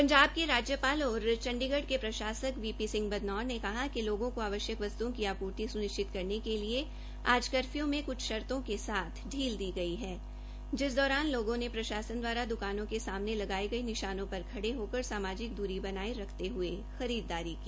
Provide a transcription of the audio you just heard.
पंजाब के राज्यपाल और चण्डीगढ के प्रशासक वीपी सिंह बदनौर ने कहा कि लोगों को आवश्यक वस्तुओं की आपूर्ति सुनिश्चित करने के लिए आज कफर्यू में कुछ शर्तों के साथ ढील दी गई है जिस दौरान लोगों ने प्रशासन द्वारा दुकानों के सामने लगाए गए निशानों पर खड़े होकर सामाजिक दूरी बनाये रखते हुए खरीददारी की